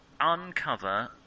uncover